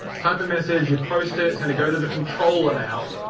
type of message. you post it. it's going go to the controller now,